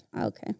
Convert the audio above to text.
Okay